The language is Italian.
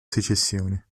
secessione